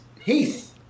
Heath